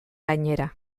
gainera